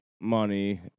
money